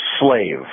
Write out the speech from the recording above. slave